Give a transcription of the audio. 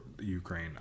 Ukraine